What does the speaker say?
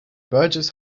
burgess